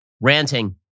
ranting